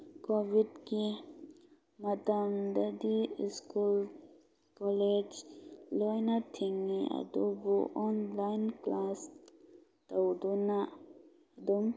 ꯀꯣꯕꯤꯠꯀꯤ ꯃꯇꯝꯗꯗꯤ school college ꯂꯣꯏꯅ ꯊꯤꯡꯏ ꯑꯗꯨꯕꯨ ꯑꯣꯟꯂꯥꯏꯟ ꯀ꯭ꯂꯥꯁ ꯇꯧꯗꯨꯅ ꯑꯗꯨꯝ